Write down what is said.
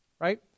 Right